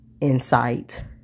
insight